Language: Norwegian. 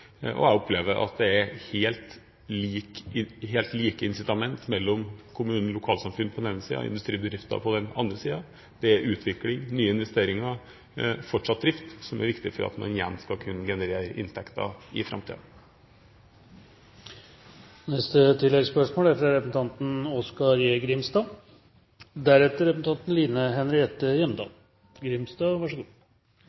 Jeg opplever at man har helt like incitament kommune og lokalsamfunn på den ene siden og industribedrifter på den andre siden. Det er utvikling, nye investeringer og fortsatt drift som er viktig for at man igjen skal kunne generere inntekter i